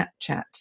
Snapchat